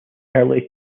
early